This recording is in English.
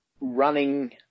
running